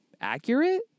accurate